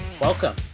welcome